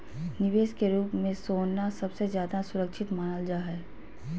निवेश के रूप मे सोना सबसे ज्यादा सुरक्षित मानल जा हय